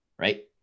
Right